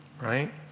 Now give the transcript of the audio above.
Right